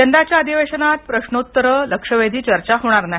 यंदाच्या अधिवेशनात प्रश्नोत्तरे लक्षवेधी चर्चा होणार नाही